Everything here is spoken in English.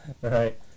Right